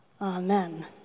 Amen